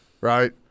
right